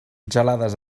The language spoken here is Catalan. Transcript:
gelades